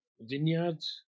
vineyards